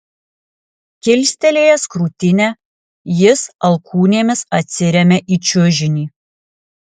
kilstelėjęs krūtinę jis alkūnėmis atsiremia į čiužinį